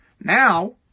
Now